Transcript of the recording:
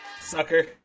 Sucker